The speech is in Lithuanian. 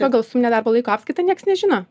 pagal suminę darbo laiko apskaitą nieks nežino